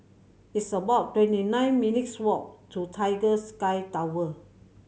it's about twenty nine minutes' walk to Tiger Sky Tower